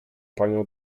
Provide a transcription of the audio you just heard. panią